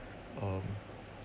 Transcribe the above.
um